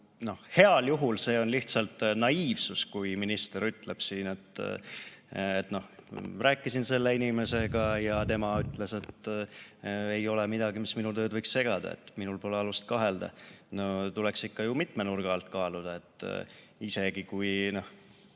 heal juhul lihtsalt naiivsus, kui minister ütleb siin, et rääkisin selle inimesega ja tema ütles, et ei ole midagi, mis [tema] tööd võiks segada, minul pole alust kahelda. Tuleks ikka ju mitme nurga alt kaaluda. Isegi see,